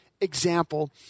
example